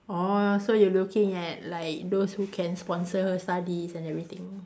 orh so you looking at like those who can sponsor her studies and everything